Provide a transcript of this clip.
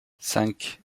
cinq